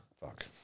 Fuck